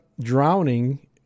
drowning